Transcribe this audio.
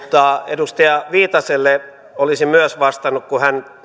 edustaja viitaselle olisin myös vastannut kun hän